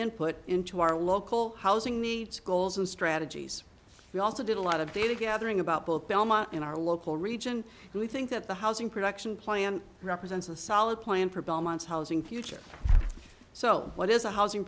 input into our local housing needs goals and strategies we also did a lot of data gathering about both delma in our local region and we think that the housing production plan represents a solid plan for belmont's housing future so what is a housing